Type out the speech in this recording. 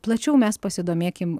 plačiau mes pasidomėkim